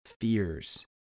fears